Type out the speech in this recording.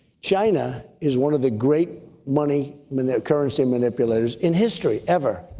china is one of the great money currency manipulators in history, ever.